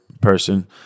person